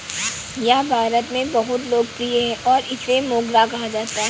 यह भारत में बहुत लोकप्रिय है और इसे मोगरा कहा जाता है